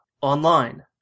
online